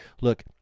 look